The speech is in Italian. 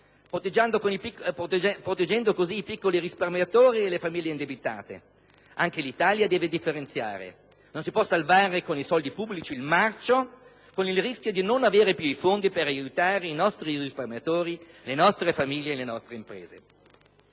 proteggendo così i piccoli risparmiatori e le famiglie indebitate. Anche l'Italia deve differenziare: non si può salvare con i soldi pubblici il marcio, con il rischio di non avere più fondi per aiutare i nostri risparmiatori, le nostre famiglie, le nostre imprese.